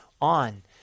on